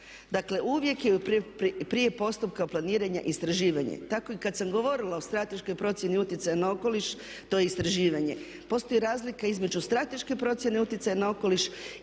Dakle, uvijek je prije postupka planiranja istraživanje. Tako i kad sam govorila o strateškoj procjeni utjecaja na okoliš, to je istraživanje. Postoji razlika između strateške procjene utjecaja na okoliš